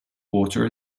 water